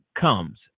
comes